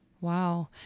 Wow